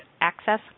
Access